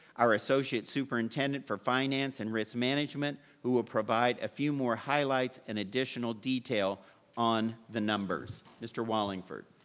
our associate superintendent for finance and risk management, who will provide a few more highlights and additional detail on the numbers. mr. wallingford.